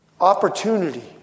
opportunity